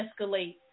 escalate